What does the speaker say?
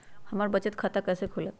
हमर बचत खाता कैसे खुलत?